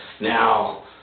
now